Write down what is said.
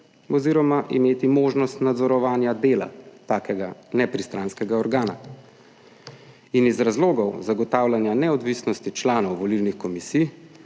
oziroma imeti možnost nadzorovanja dela takega nepristranskega organa in iz razlogov zagotavljanja neodvisnosti članov volilnih komisij